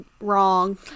wrong